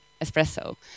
espresso